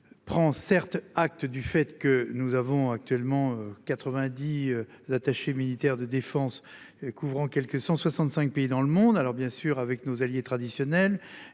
Prend certes acte du fait que nous avons actuellement 90 attaché militaire de défense, couvrant quelque 165 pays dans le monde, alors bien sûr avec nos alliés traditionnels